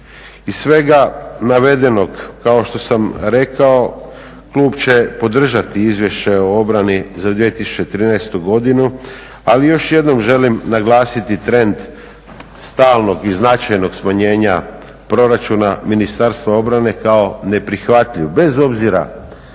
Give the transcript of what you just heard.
Iz svega navedenog, kao što sam rekao, klub će podržati Izvješće o obrani za 2013. godinu, ali još jednom želim naglasiti trend stalnog i značajnog smanjenja proračuna Ministarstva obrane kao neprihvatljiv. Bez obzira